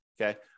okay